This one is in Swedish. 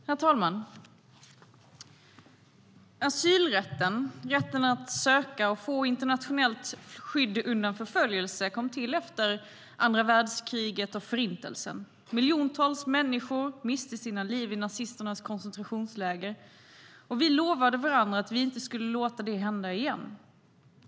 Herr talman! Asylrätten, rätten att söka och få internationellt skydd undan förföljelse, kom till efter andra världskriget och Förintelsen. Miljontals människor miste sina liv i nazisternas koncentrationsläger, och vi lovade varandra att vi inte skulle låta det hända igen.